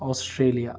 Australia